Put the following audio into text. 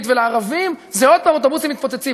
ולערבים זה עוד פעם אוטובוסים מתפוצצים.